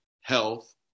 health